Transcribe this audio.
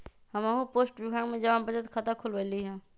हम्हू पोस्ट विभाग में जमा बचत खता खुलवइली ह